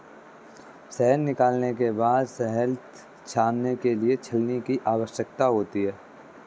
शहद निकालने के बाद शहद छानने के लिए छलनी की आवश्यकता होती है